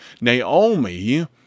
Naomi